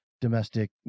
domestic